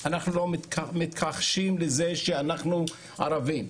אנחנו לא מתכחשים לזה שאנחנו ערבים,